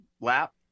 lap